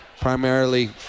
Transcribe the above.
primarily